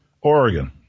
Oregon